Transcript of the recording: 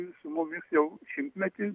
su mumis jau šimtmetį